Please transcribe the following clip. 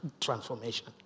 transformation